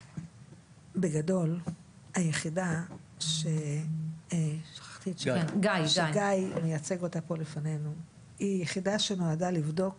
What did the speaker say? בגדול היחידה שגיא מייצג אותה פה לפנינו היא יחידה שנועדה לבדוק